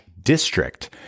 district